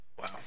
Wow